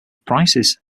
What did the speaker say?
prices